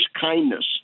kindness